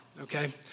Okay